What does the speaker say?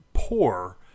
poor